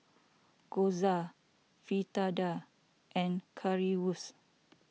Gyoza Fritada and Currywurst